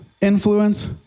influence